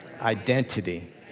identity